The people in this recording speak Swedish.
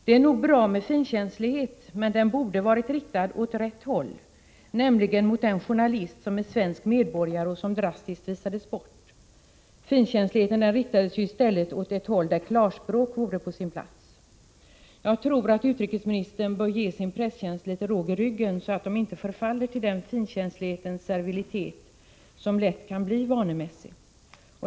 Det är nog bra med finkänslighet, men den borde ha varit riktad åt rätt håll, nämligen mot den journalist som är svensk medborgare och som drastiskt visades bort. Finkänsligheten riktades i stället vara vid intervjuer med utrikesminis vara vid intervjuer med utrikesministern åt ett håll där klarspråk vore på sin plats. Jag tror att utrikesministern bör ge sin presstjänst litet råg i ryggen, så att man inte förfaller till den finkänslighetens servilitet som lätt kan bli vanemässig.